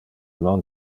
non